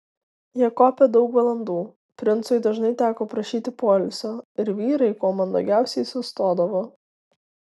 jie kopė daug valandų princui dažnai teko prašyti poilsio ir vyrai kuo mandagiausiai sustodavo